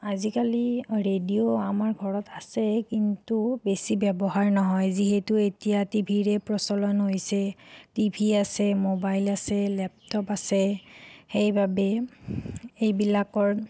আজিকালি ৰেডিঅ' আমাৰ ঘৰত আছে কিন্তু বেছি ব্যৱহাৰ নহয় যিহেতু এতিয়া টিভিৰে প্ৰচলন হৈছে টিভি আছে ম'বাইল আছে লেপটপ আছে সেইবাবেই এইবিলাকৰ